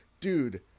dude